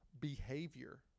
behavior